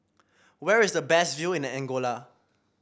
where is the best view in the Angola